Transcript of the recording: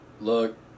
Look